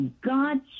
God